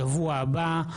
בשבוע הבא,